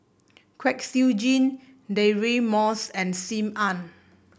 Kwek Siew Jin Deirdre Moss and Sim Ann